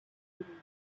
colombes